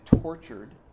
tortured